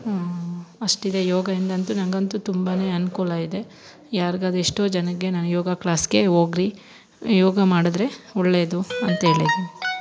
ಅಷ್ಟಿದೆ ಯೋಗಯಿಂದಂತು ನನಗಂತು ತುಂಬ ಅನುಕೂಲ ಇದೆ ಯಾರಿಗಾದ್ರು ಎಷ್ಟೋ ಜನಕ್ಕೆ ನಾನು ಯೋಗ ಕ್ಲಾಸ್ಗೆ ಹೋಗ್ರಿ ಯೋಗ ಮಾಡಿದ್ರೆ ಒಳ್ಳೇದು ಅಂತೇಳಿದೆ